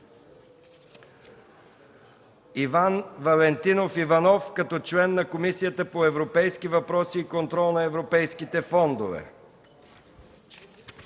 Иван Валентинов Иванов като член на Комисията по европейските въпроси и контрол на европейските фондове,